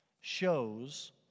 shows